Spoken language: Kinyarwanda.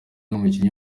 umukinnyi